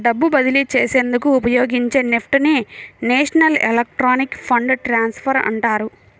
డబ్బు బదిలీ చేసేందుకు ఉపయోగించే నెఫ్ట్ ని నేషనల్ ఎలక్ట్రానిక్ ఫండ్ ట్రాన్స్ఫర్ అంటారు